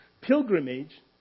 Pilgrimage